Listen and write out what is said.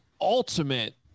ultimate